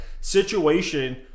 Situation